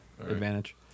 advantage